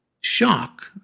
shock